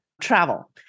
travel